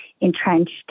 entrenched